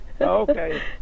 Okay